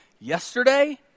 yesterday